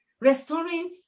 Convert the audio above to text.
restoring